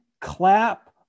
clap